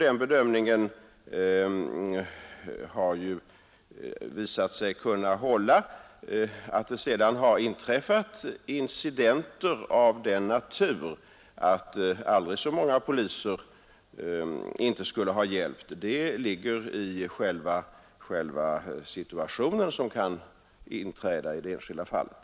Den bedömningen har visat sig hålla. Att det sedan har inträffat incidenter av den natur att aldrig så många poliser inte skulle ha hjälpt, ligger i själva den situation som kan inträda i det enskilda fallet.